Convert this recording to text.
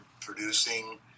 producing